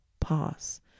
pass